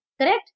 correct